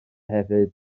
hefyd